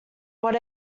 what